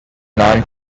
non